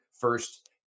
first